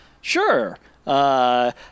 Sure